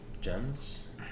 gems